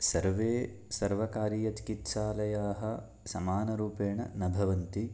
सर्वे सर्वकारीयचिकित्सालयाः समानरूपेण न भवन्ति